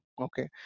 Okay